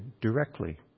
directly